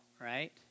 Right